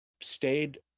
stayed